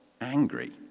angry